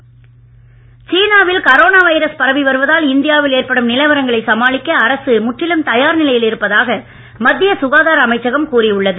corona சீனாவில் corona virus பரவி வருவதால் இந்தியாவில் ஏற்படும் நிலவரங்களை சமாளிக்க அரசு முற்றிலும் தயார் நிலையில் இருப்பதாக மத்திய சுகாதார அமைச்சகம் கூறி உள்ளது